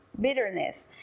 bitterness